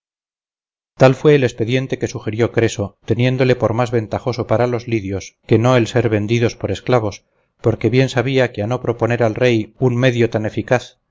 tal fue el expediente que sugirió creso teniéndole por más ventajoso para los lidios que no el ser vendidos por esclavos porque bien sabía que a no proponer al rey un medio tan eficaz